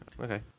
Okay